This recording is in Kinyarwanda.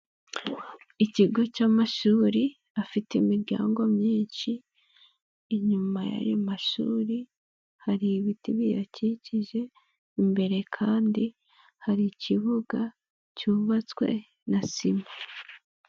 Ikigo cy'amashuri afite imiryango myinshi, inyuma y'ayo mashuri hari ibiti biyakikije, imbere kandi hari ikibuga cyubatswe na sima.